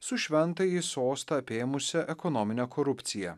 su šventąjį sostą apėmusia ekonomine korupcija